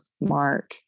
Mark